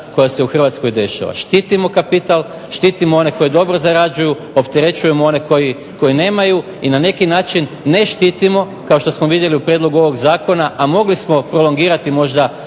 koja se u Hrvatskoj dešava. Štitimo kapital, štitimo one koji dobro zarađuju, opterećujemo one koji nemaju i na neki način ne štitimo kao što smo vidjeli u prijedlogu ovog zakona a mogli smo prolongirati možda